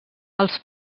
els